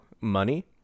money